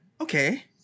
okay